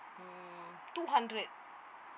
mm two hundred